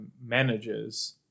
managers